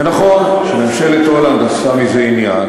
זה נכון שממשלת הולנד עשתה מזה עניין,